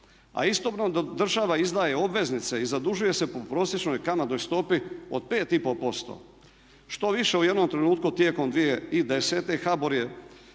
a istodobno država izdaje obveznice i zadužuje se po prosječnoj kamatnoj stopi od 5 i pol posto. Što više u jednom trenutku tijekom 2010. HBOR je